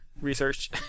research